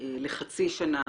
לחצי שנה,